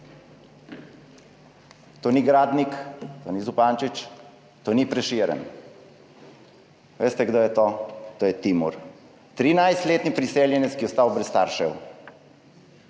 To ni Gradnik, to ni Zupančič, to ni Prešeren. Veste, kdo je to? To je Timur, 13-letni priseljenec, ki je ostal brez staršev.